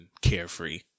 carefree